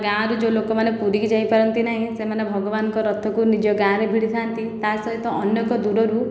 ଗାଁରୁ ଯେଉଁ ଲୋକମାନେ ପୁରୀକି ଯାଇପାରନ୍ତି ନାହିଁ ସେମାନେ ଭଗବାନଙ୍କ ରଥକୁ ନିଜ ଗାଁରେ ଭିଡ଼ିଥାଆନ୍ତି ତା ସହିତ ଅନେକ ଦୂରରୁ